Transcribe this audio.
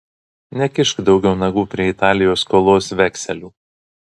nekišk daugiau nagų prie italijos skolos vekselių